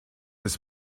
des